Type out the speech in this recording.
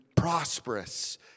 prosperous